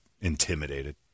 intimidated